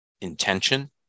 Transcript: intention